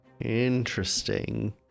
Interesting